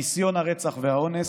ניסיון הרצח והאונס,